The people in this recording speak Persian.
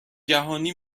جهانی